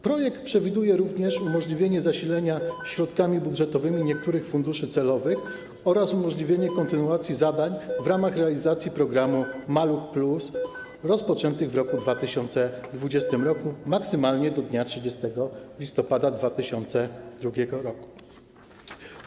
Projekt przewiduje również umożliwienie zasilenia środkami budżetowymi niektórych funduszy celowych oraz umożliwienie kontynuacji zadań w ramach realizacji programu „Maluch+” rozpoczętych w roku 2020 maksymalnie do dnia 30 listopada 2021 r.